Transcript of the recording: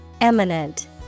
Eminent